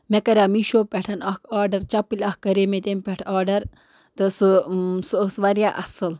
مےٚ کَریو میٖشو پٮ۪ٹھ اَکھ آرڈر چَپٕلۍ اَکھ کَرے مےٚ تمہِ پٮ۪ٹھ آرڈر تہٕ سُہ سُہ ٲس واریاہ اَصٕل